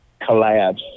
collabs